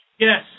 Yes